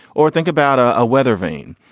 or think about a weathervane,